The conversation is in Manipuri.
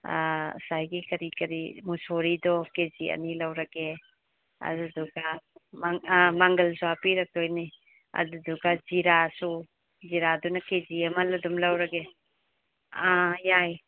ꯑꯥ ꯉꯁꯥꯏꯒꯤ ꯀꯔꯤ ꯀꯔꯤ ꯃꯨꯁꯣꯔꯤꯗꯣ ꯀꯦꯖꯤ ꯑꯅꯤ ꯂꯧꯔꯒꯦ ꯑꯗꯨꯗꯨꯒ ꯑꯥ ꯃꯪꯒꯜꯁꯨ ꯍꯥꯞꯄꯤꯔꯛꯇꯣꯏꯅꯤ ꯑꯗꯨꯗꯨꯒ ꯖꯤꯔꯥꯁꯨ ꯖꯤꯔꯥꯗꯨꯅ ꯀꯦꯖꯤ ꯑꯃ ꯑꯗꯨꯝ ꯂꯧꯔꯒꯦ ꯑꯥ ꯌꯥꯏ